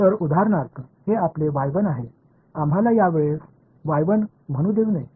तर उदाहरणार्थ हे आपले y 1 आहे आम्हाला यावेळेस म्हणू देऊ नये